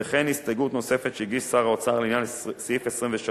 וכן הסתייגות נוספת שהגיש שר האוצר לעניין סעיף 23